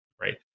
right